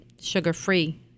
sugar-free